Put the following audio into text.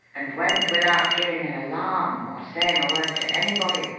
and went without giving an alarm or saying a word to anybody,